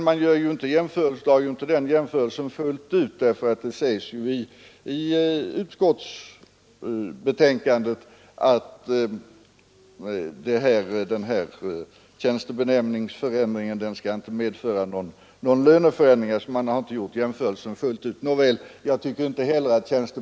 Men man drar inte jämförelsen fullt ut, därför att det står i utskottsbetänkandet att dessa ändringar i tjänstebenämningen ändringar. Det tycker inte jag heller, och därför skall jag inte vidare uppehålla mig vid den saken.